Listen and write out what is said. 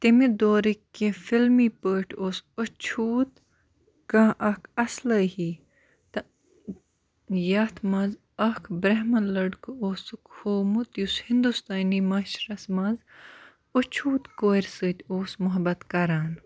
تَمہِ دورٕکۍ کینٛہہ فِلمی پٲٹھۍ اوس اچھوٗت کانٛہہ اکھ اصلٲحی تہٕ یَتھ منٛز اکھ برہمن لڑکہٕ اوسُکھ ہووٚمُت یُس ہِندوستٲنی معاشرَس منٛز اچھوٗت کورِ سۭتۍ اوس مَحبَت کران